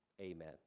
Amen